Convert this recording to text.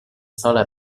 sola